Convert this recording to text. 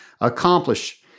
accomplish